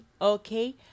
okay